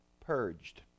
purged